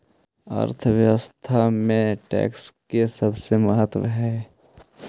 अर्थव्यवस्था में टैक्स के बिसेस महत्व हई